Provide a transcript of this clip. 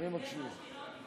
אני מקשיב.